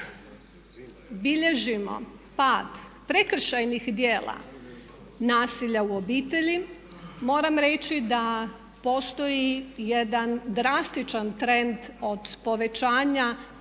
bilježimo pad prekršajnih djela nasilja u obitelji moram reći da postoji jedan drastičan trend od povećanja